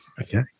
okay